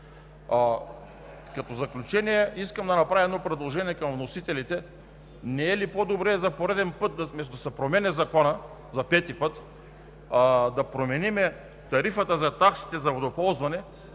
Като заключение, искам да направя едно предложение към вносителите: не е ли по-добре за пореден път, вместо да се променя Законът за пети път, да променим тарифата за таксите за водоползване,